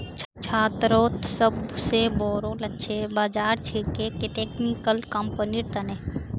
छात्रोंत सोबसे बोरो लक्ष्य बाज़ार छिके टेक्निकल कंपनिर तने